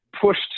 pushed